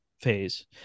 phase